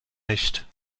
nicht